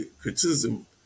criticism